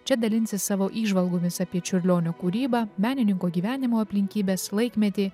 čia dalinsis savo įžvalgomis apie čiurlionio kūrybą menininko gyvenimo aplinkybes laikmetį